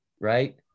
right